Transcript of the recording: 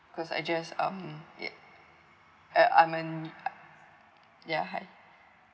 cause I just um yeah uh I'm ya hi